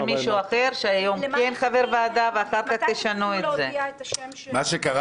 אתם תצטרכו להודיע לוועדת הכנסת שהוא חבר